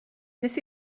nes